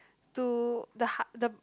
to the ha~ the